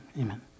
Amen